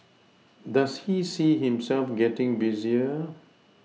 does he see himself getting busier